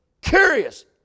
curious